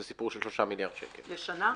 זה סיפור של 3 מיליארד שקל לשנה,